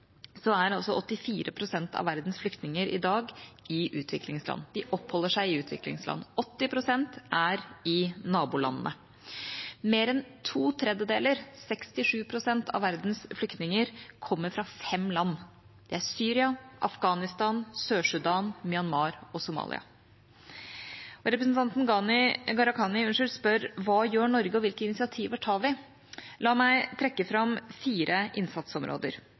av verdens flyktninger seg i dag i utviklingsland. 80 pst. er i naboland. Mer enn to tredjedeler, 67 pst., av verdens flyktninger kommer fra fem land – Syria, Afghanistan, Sør-Sudan, Myanmar og Somalia. Representanten Gharahkhani spør: Hva gjør Norge, og hvilke initiativ tar vi? La meg trekke fram fire innsatsområder.